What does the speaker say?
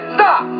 Stop